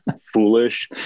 foolish